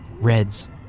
Reds